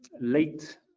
late